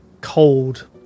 cold